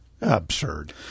Absurd